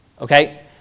Okay